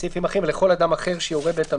ולכל אדם אחר שיורה בית המשפט.